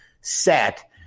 set